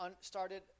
started